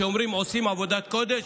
כשאומרים "עושים עבודת קודש",